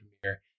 premiere